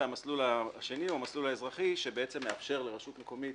והמסלול השני הוא המסלול האזרחי שמאפשר לרשות מקומית